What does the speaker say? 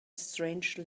strange